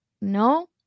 no